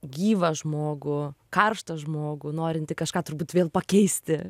gyvą žmogų karštą žmogų norintį kažką turbūt vėl pakeisti